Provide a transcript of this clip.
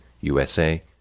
USA